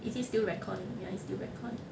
is it still recording ya is still recording